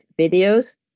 videos